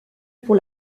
pour